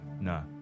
No